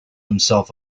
himself